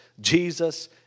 Jesus